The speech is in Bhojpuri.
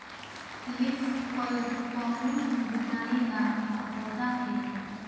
लीफ कल कौनो बीमारी बा का पौधा के?